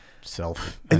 self